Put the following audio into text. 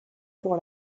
pour